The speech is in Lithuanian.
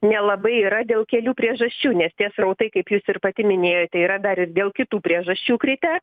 nelabai yra dėl kelių priežasčių nes tie srautai kaip jūs ir pati minėjote yra dar ir dėl kitų priežasčių kritę